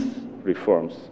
reforms